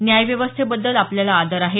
न्यायव्यवस्थेबद्दल आपल्याला आदर आहे